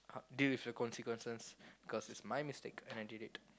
deal with the consequences because it's my mistake and I did it